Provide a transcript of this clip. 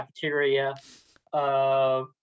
cafeteria